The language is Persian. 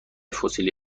فسیلی